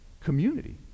Community